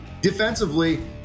Defensively